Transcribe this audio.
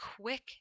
quick